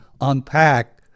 unpack